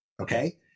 Okay